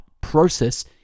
process